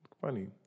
funny